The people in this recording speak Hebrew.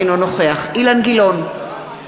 אינו נוכח אילן גילאון,